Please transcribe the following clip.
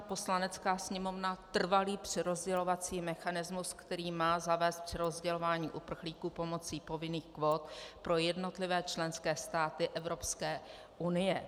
Poslanecká sněmovna trvalý přerozdělovací mechanismus, který má zavést přerozdělování uprchlíků pomocí povinných kvót pro jednotlivé členské státy Evropské unie.